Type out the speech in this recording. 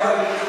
בטייבה,